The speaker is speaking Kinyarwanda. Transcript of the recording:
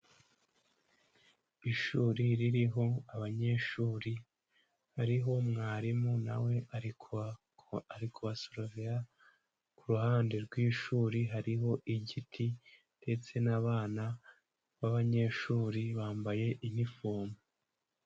Ishuri ririho abanyeshuri, hariho mwarimu nawe we ariko kubasoruviya, ku ruhande rw'ishuri hariho igiti, ndetse n'abana b'abanyeshuri bambaye inifumu.